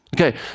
Okay